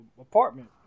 apartment